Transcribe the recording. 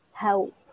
help